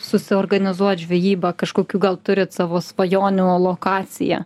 susiorganizuot žvejybą kažkokių gal turit savo svajonių lokaciją